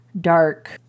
dark